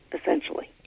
essentially